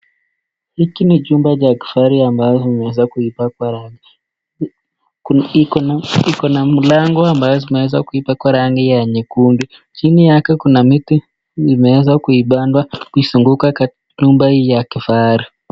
Hiki ni chumba cha kifahari ambayo kinaweza kuipakwa rangi. Iko na milango ambazo zinaweza kuipakwa rangi ya nyekundu. Jini yake kuna miti limeweza kuipandwa kuizunguka jumba hii ya kifahari.